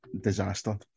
disaster